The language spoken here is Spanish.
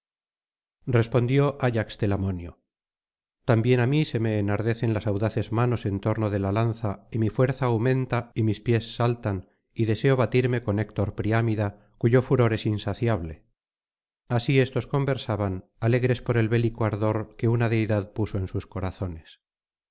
respondió ayax telamonio también á mí se me enardecen las audaces manos en torno de la lanza y mi fuerza aumenta y mis pies saltan y deseo batirme con héctor priámida cuyo furor es insaciable así éstos conversaban alegres por el bélico ardor que una deidad puso en sus corazones